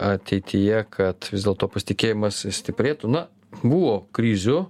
ateityje kad vis dėlto pasitikėjimas stiprėtų na buvo krizių